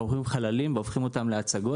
אנחנו לוקחים חללים והופכים אותם להצגות.